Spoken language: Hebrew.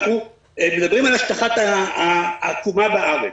אנחנו מדברים על השטחת העקומה בארץ